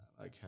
Okay